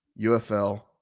UFL